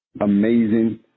amazing